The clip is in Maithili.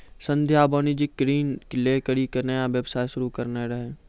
संध्या वाणिज्यिक ऋण लै करि के नया व्यवसाय शुरू करने रहै